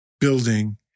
building